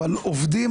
אבל עובדים